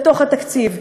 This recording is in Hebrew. בתוך התקציב.